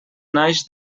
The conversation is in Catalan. naix